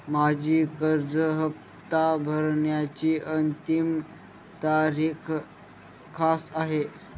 माझी कर्ज हफ्ता भरण्याची अंतिम तारीख काय आहे?